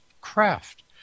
craft